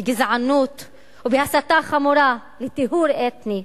בגזענות ובהסתה חמורה לטיהור אתני,